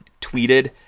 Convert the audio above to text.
tweeted